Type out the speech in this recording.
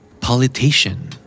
Politician